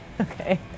Okay